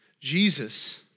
Jesus